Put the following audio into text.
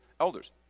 elders